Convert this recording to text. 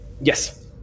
Yes